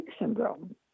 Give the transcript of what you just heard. syndrome